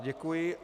Děkuji.